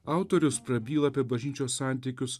autorius prabyla apie bažnyčios santykius